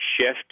shift